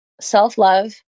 self-love